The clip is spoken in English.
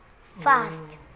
fast